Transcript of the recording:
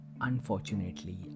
unfortunately